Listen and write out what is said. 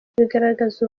bigaragaza